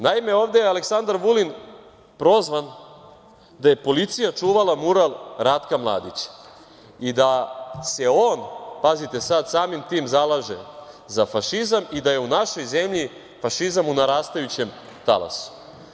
Naime, ovde je Aleksandar Vulin prozvan da je policija čuvala mural Ratka Mladića i da se on, pazite sad, samim tim zalaže za fašizam i da je u našoj zemlji fašizam u narastajućem talasu.